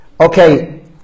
Okay